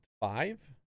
five